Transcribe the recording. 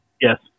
Yes